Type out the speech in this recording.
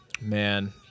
man